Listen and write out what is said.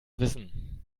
wissen